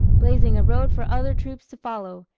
blazing a road for other troops to follow,